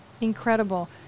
Incredible